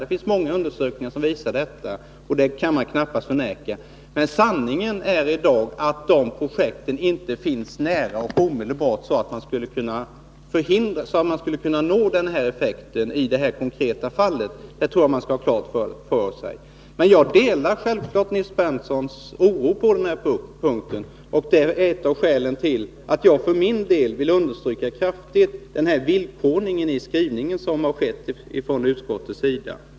Det finns många undersökningar som visar detta. Det kan man knappast förneka. Sanningen i dag är att de här projekten inte är närliggande, så man kan inte nå den effekten i det här konkreta fallet. Det skall man ha klart för sig. Jag delar självfallet Nils Berndtsons oro på den här punkten. Det är ett av skälen till att jag för min del vill understryka vikten av villkoringen i skrivningen från utskottets sida.